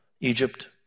Egypt